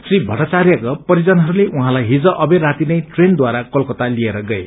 श्री थट्टाचार्यका परिजनहरूले उहाँलाई हिज अबेर राती नै ट्रेनद्वारा कलकता लिएर गए